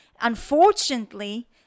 Unfortunately